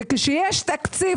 וכשיש תקציב,